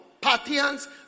Parthians